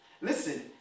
listen